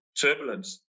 turbulence